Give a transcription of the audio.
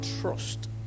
trust